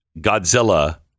Godzilla